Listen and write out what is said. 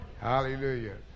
Hallelujah